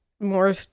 more